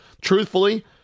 truthfully